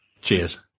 Cheers